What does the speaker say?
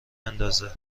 اندازد